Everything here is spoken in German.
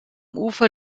ufer